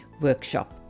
workshop